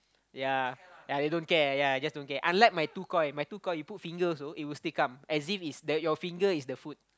ya ya they don't care ya they just don't care unlike my two koi my two koi you put finger also it will still come as if its the your finger is the food